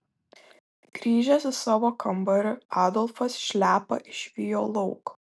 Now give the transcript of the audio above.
grįžęs į savo kambarį adolfas šliapą išvijo lauk